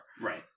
Right